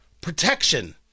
Protection